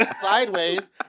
sideways